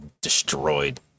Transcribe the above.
destroyed